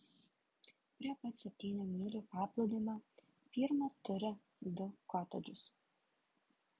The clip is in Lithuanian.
prie pat septynių mylių paplūdimio firma turi du kotedžus